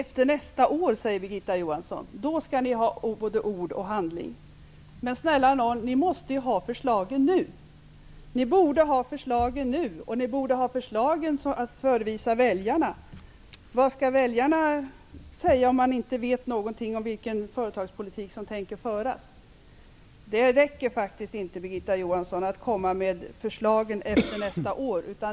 Herr talman! Efter nästa år skall vi få både ord och handling, sade Birgitta Johansson. Men snälla nån, ni måste väl ha förslagen nu! Ni borde ha förslag att presentera för väljarna. Hur skall de kunna rösta om de inte vet någonting om vilken företagspolitik som kommer att föras? Det räcker inte, Birgitta Johansson, att presentera förslagen efter nästa år.